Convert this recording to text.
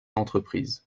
entreprise